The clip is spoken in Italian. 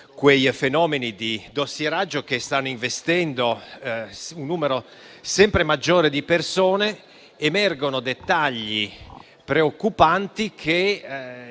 Grazie,